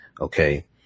Okay